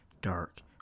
dark